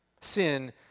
Sin